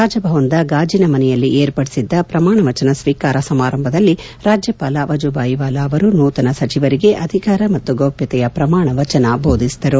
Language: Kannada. ರಾಜಭವನದ ಗಾಜನಮನೆಯಲ್ಲಿ ಏರ್ಪಡಿಸಿದ್ದ ಪ್ರಮಾಣ ವಚನ ಸ್ವೀಕಾರ ಸಮಾರಂಭದಲ್ಲಿ ರಾಜ್ಯಪಾಲ ವಜುಭಾಯ್ ವಾಲಾ ಅವರು ನೂತನ ಸಚಿವರಿಗೆ ಅಧಿಕಾರ ಮತ್ತು ಗೌಪ್ಯತೆಯ ಪ್ರಮಾಣ ವಚನ ಬೋಧಿಸಿದರು